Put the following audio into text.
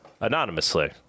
anonymously